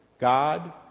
God